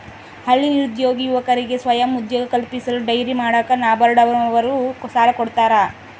ಹಳ್ಳಿ ನಿರುದ್ಯೋಗಿ ಯುವಕರಿಗೆ ಸ್ವಯಂ ಉದ್ಯೋಗ ಕಲ್ಪಿಸಲು ಡೈರಿ ಮಾಡಾಕ ನಬಾರ್ಡ ನವರು ಸಾಲ ಕೊಡ್ತಾರ